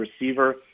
receiver